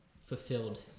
fulfilled